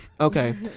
Okay